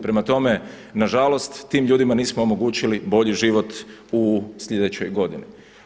Prema tome, nažalost tim ljudima nismo omogućili bolji život u sljedećoj godini.